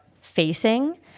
facing